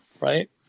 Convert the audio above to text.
right